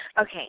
Okay